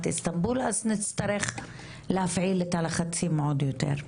איסטנבול אז נצטרך להפעיל את הלחצים עוד יותר.